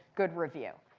good review.